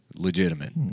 Legitimate